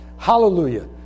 Hallelujah